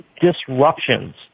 disruptions